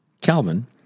Calvin